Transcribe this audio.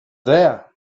there